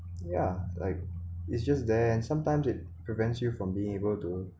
ya like it's just there and sometimes it prevents you from being able to